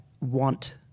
want